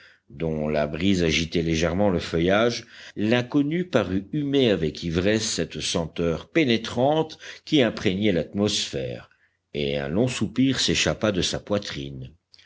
dont la brise agitait légèrement le feuillage l'inconnu parut humer avec ivresse cette senteur pénétrante qui imprégnait l'atmosphère et un long soupir s'échappa de sa poitrine